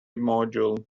module